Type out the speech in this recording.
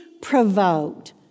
provoked